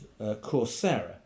Coursera